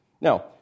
Now